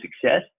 success